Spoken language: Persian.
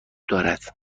دارد